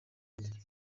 burundi